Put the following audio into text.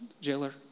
jailer